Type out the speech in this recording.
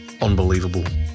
Unbelievable